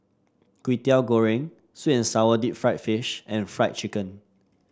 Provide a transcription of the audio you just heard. Kwetiau Goreng sweet and sour Deep Fried Fish and Fried Chicken